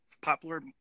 popular